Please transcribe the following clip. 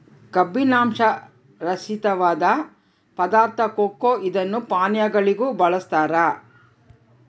ಕಬ್ಬಿನಾಂಶ ರಹಿತವಾದ ಪದಾರ್ಥ ಕೊಕೊ ಇದನ್ನು ಪಾನೀಯಗಳಿಗೂ ಬಳಸ್ತಾರ